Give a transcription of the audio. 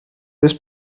this